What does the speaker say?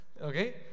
Okay